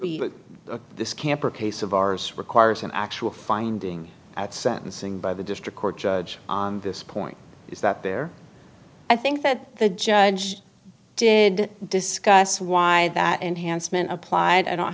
this camper case of ours requires an actual finding out sentencing by the district court judge on this point is that there i think that the judge did discuss why that enhancement applied i don't